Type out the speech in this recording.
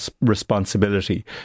responsibility